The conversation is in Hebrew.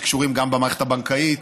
שקשורים גם במערכת הבנקאית